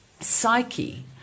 psyche